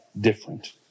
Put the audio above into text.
different